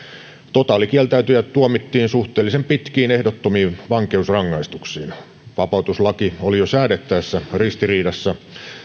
totaalikieltäytyjät tuomittiin suhteellisen pitkiin ehdottomiin vankeusrangaistuksiin vapautuslaki oli jo säädettäessä ristiriidassa